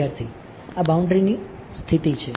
વિદ્યાર્થી ની સ્થિતિ છે